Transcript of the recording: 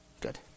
Good